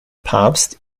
papst